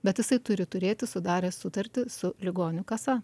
bet jisai turi turėti sudaręs sutartį su ligonių kasa